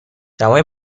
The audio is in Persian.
دمای